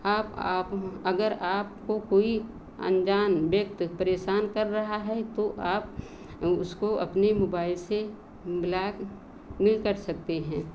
आप आप अगर आपको कोई अनजान व्यक्ति परेशान कर रहा है तो आप उसको अपने मोबाइल से ब्लैक भी कर सकते हैं